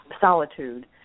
solitude